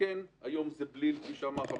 שכן היום זה בליל של הנחיות,